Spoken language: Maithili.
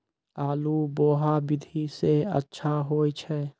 आलु बोहा विधि सै अच्छा होय छै?